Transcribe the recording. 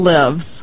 Lives